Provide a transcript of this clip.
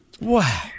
Wow